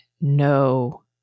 no